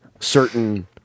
Certain